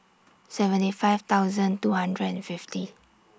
seventy five thousand two hundred and fifty